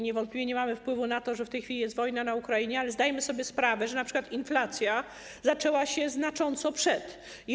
Niewątpliwie nie mamy wpływu na to, że w tej chwili jest wojna na Ukrainie, ale zdajmy sobie sprawę, że np. inflacja zaczęła się znacząco przed wojną.